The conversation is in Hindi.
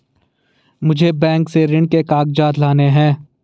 मुझे बैंक से ऋण के कागजात लाने हैं